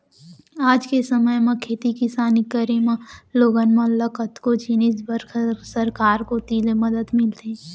आज के समे म खेती किसानी करे म लोगन मन ल कतको जिनिस बर सरकार कोती ले मदद मिलथे